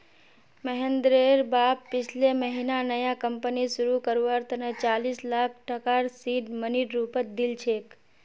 महेंद्रेर बाप पिछले महीना नया कंपनी शुरू करवार तने चालीस लाख टकार सीड मनीर रूपत दिल छेक